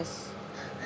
has